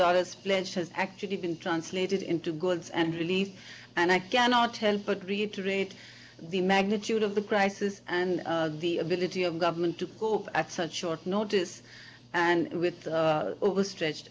dollars pledged has actually been translated into goods and relief and i cannot help but reiterate the magnitude of the crisis and the ability of government to cope at such short notice and with overstretched